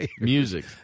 music